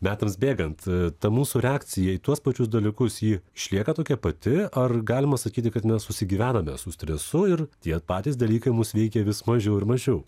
metams bėgant ta mūsų reakcija į tuos pačius dalykus ji išlieka tokia pati ar galima sakyti kad mes susigyvename su stresu ir tie patys dalykai mus veikia vis mažiau ir mažiau